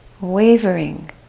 Wavering